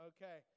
Okay